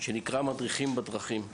שנקרא "מדריכים בדרכים",